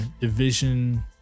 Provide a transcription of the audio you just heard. division